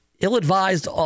ill-advised